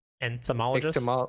Entomologist